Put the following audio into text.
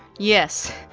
yes,